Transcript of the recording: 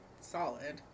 solid